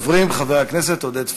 ראשון הדוברים, חבר הכנסת עודד פורר,